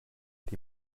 die